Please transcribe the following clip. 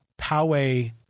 Poway—